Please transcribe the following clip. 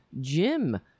Jim